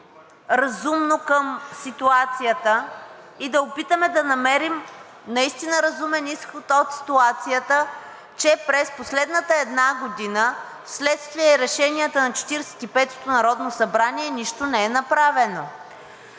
разумно към ситуацията и да опитаме да намерим наистина разумен изход от ситуацията, че през последната една година, вследствие решенията на Четиридесет и петото народно събрание, нищо не е направено.